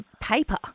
paper